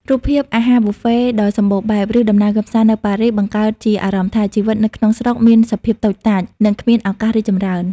រូបភាពអាហារប៊ូហ្វេដ៏សំបូរបែប ឬដំណើរកម្សាន្តនៅប៉ារីស បង្កើតជាអារម្មណ៍ថា ជីវិតនៅក្នុងស្រុកមានសភាពតូចតាច និងគ្មានឱកាសរីកចម្រើន។